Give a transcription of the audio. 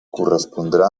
correspondrà